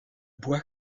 bois